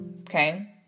Okay